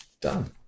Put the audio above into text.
Done